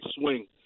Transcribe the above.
swing